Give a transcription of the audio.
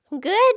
Good